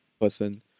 person